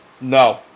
No